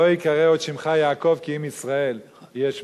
"לא יקרא שמך עוד יעקב כי אם ישראל יהיה שמך".